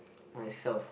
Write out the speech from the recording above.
myself